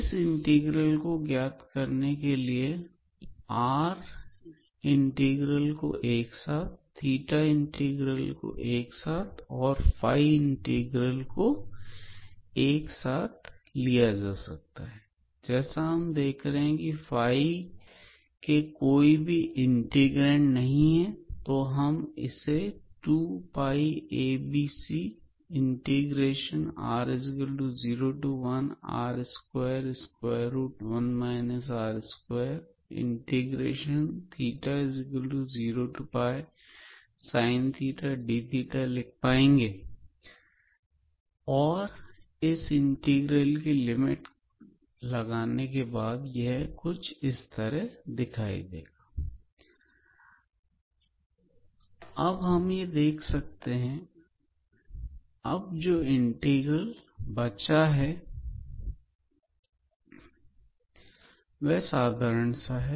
इस इंटीग्रल को ज्ञात करने के लिए r इंटीग्रल को एक साथ इंटीग्रल को एक साथ और इंटीग्रल को एक साथ लिया जा सकता है जैसा हम देख रहे हैं की के कोई भी इंटीग्रैंड नहीं है तो हम इसे लिख पाएंगे और इंटीग्रल की लिमिट लगाने के बाद यह कुछ इस तरह दिखाई देगा अब जो इंटीग्रल बचा है वह साधारण सा है